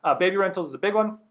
ah baby rentals is a big one.